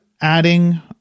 adding